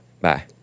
bye